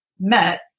met